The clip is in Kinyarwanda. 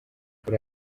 kuri